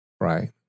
right